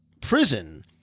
prison